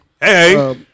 Hey